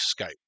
Skype